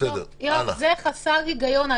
זה חסר היגיון.